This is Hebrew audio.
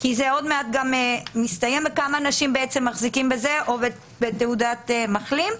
ולכמה אנשים מחזיקים בזה או בתעודת מחלים?